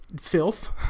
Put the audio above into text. filth